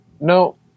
No